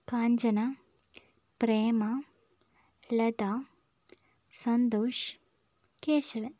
Kanchana Premalatha Santhosh Keshavan